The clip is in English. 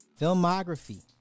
Filmography